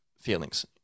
feelings